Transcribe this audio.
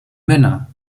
männer